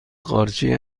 قارچی